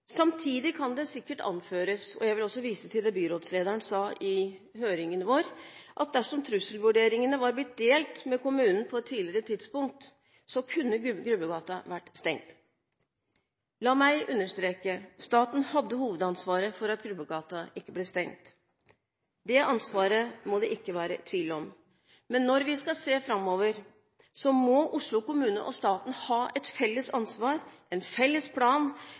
Samtidig kan det sikkert anføres, og jeg vil også vise til det byrådslederen sa i høringen vår, at dersom trusselvurderingene var blitt delt med kommunen på et tidligere tidspunkt, så kunne Grubbegata ha vært stengt. La meg understreke: Staten hadde hovedansvaret for at Grubbegata ikke ble stengt. Det ansvaret må det ikke være tvil om. Men når vi skal se framover, må Oslo kommune og staten ha et felles ansvar, en felles plan